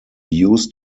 used